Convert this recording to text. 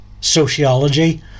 sociology